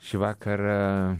šį vakarą